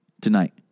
tonight